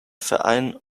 verein